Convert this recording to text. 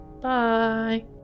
bye